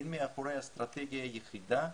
אין מאחוריה אסטרטגיה אחידה,